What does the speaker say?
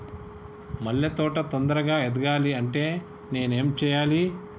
మల్లె తోట తొందరగా ఎదగాలి అంటే నేను ఏం చేయాలి?